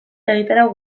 egitarau